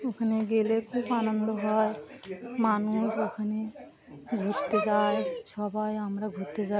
ওখানে গেলে খুব আনন্দ হয় মানুষ ওখানে ঘুরতে যায় সবাই আমরা ঘুরতে যাই